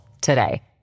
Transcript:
today